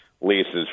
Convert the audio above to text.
leases